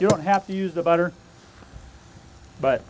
you don't have to use the butter but